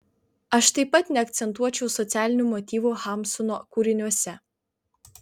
aš taip pat neakcentuočiau socialinių motyvų hamsuno kūriniuose